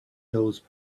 those